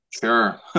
Sure